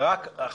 רק.